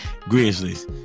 Grizzlies